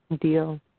deal